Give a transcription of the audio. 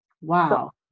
Wow